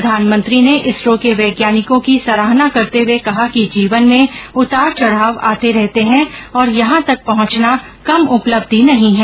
प्रधानमंत्री ने इसरो के वैज्ञानिकों की सराहना करते हुए कहा कि जीवन में उतार चढ़ाव आते रहते हैं और यहां तक पहुंचना कम उपलब्धि नहीं है